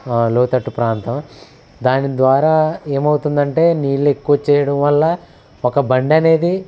లోతట్టు ప్రాంతం దాని ద్వారా ఏమవుతుందంటే నీళ్ళు ఎక్కువ వచ్చేయడం వల్ల ఒక బండి అనేది